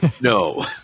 no